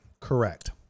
Correct